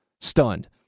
stunned